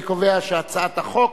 אני קובע שהצעת החוק,